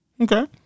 okay